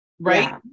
right